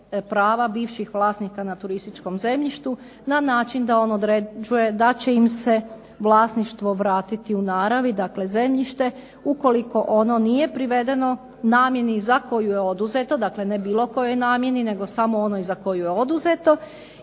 prava bivših vlasnika na turističkom zemljištu na način da će im se vlasništvo vratiti u naravi, zemljište, ukoliko ono nije privedeno namjeni za koju je oduzeto, dakle, ne bilo kojoj namjeni nego samo onoj za koju je oduzeto